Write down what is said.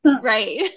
Right